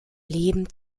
leben